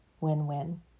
win-win